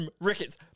rickets